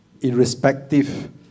irrespective